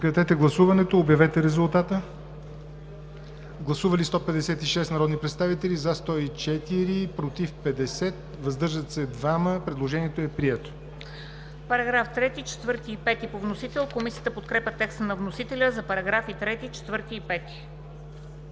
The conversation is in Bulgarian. параграфи 3, 4 и 5.